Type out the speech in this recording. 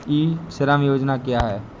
ई श्रम योजना क्या है?